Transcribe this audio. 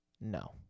No